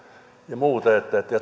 ja muuten